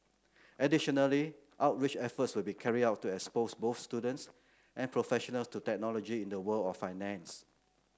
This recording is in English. additionally outreach efforts will be carried out to expose both students and professional to technology in the world of finance